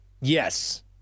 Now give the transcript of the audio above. yes